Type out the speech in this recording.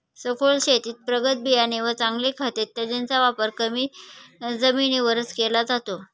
सखोल शेतीत प्रगत बियाणे व चांगले खत इत्यादींचा वापर कमी जमिनीवरच केला जातो